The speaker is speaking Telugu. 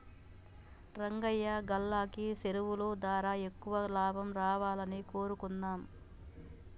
రంగయ్యా గాల్లకి సెరువులు దారా ఎక్కువ లాభం రావాలని కోరుకుందాం